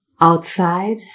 outside